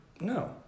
No